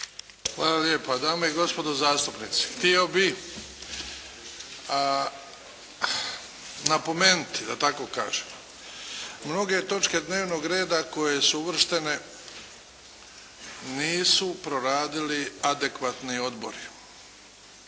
Hvala lijepo. Dame i gospodo zastupnici, htio bih napomenuti da tako kažem. Mnoge točke dnevnog reda koje su uvrštene nisu proradili adekvatni odbori.